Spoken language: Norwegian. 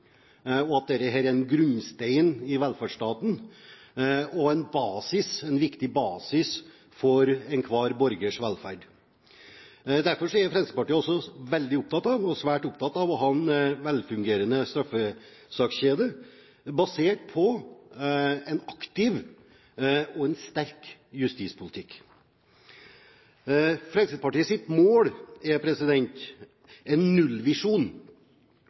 er en grunnstein i velferdsstaten og en viktig basis for enhver borgers velferd. Derfor er Fremskrittspartiet svært opptatt av å ha en velfungerende straffesakskjede basert på en aktiv og sterk justispolitikk.